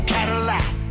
Cadillac